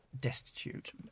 destitute